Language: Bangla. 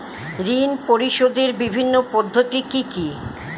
ঋণ পরিশোধের বিভিন্ন পদ্ধতি কি কি?